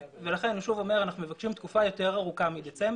לכן אני שוב אומר שאנחנו מבקשים תקופה יותר ארוכה מדצמבר.